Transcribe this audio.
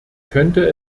könnte